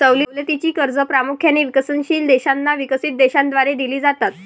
सवलतीची कर्जे प्रामुख्याने विकसनशील देशांना विकसित देशांद्वारे दिली जातात